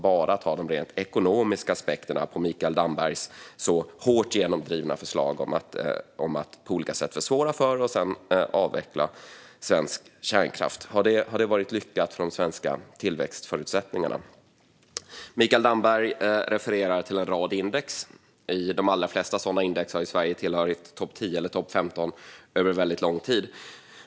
Har Mikael Dambergs så hårt genomdrivna förslag för att på olika sätt försvåra för och sedan avveckla svensk kärnkraft, sett bara till de rent ekonomiska aspekterna, varit lyckade för de svenska tillväxtförutsättningarna? Mikael Damberg refererade till en rad index. I de allra flesta sådana index har Sverige tillhört topp 10 eller topp 15 under väldigt lång tid.